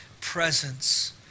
presence